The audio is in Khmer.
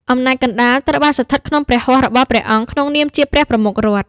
អំណាចកណ្តាលត្រូវបានស្ថិតក្នុងព្រះហស្ថរបស់ព្រះអង្គក្នុងនាមជា "ព្រះប្រមុខរដ្ឋ"។